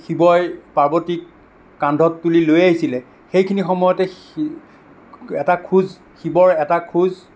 শিৱই পাৰ্বতীক কান্ধত তুলি লৈ আহিছিলে সেইখিনি সময়তে এটা খোজ শিৱৰ এটা খোজ